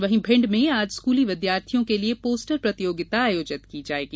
वहीं भिंड में आज स्कूली विद्यार्थियों के लिए पोस्टर प्रतियोगिता आयोजित की जायेगी